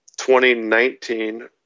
2019